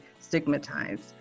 stigmatized